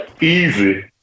Easy